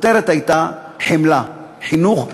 הכותרת הייתה "חמלה", "חינוך לחמלה".